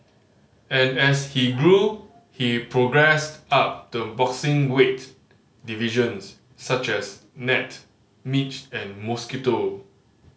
and as he grew he progressed up the boxing weight divisions such as gnat midge and mosquito